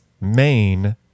main